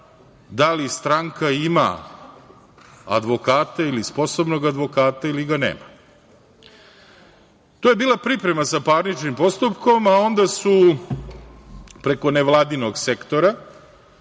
da li stranka ima advokata ili sposobnog advokata ili ga nema. To je bila priprema sa parničnim postupkom, a onda su preko nevladinog sektora